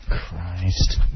Christ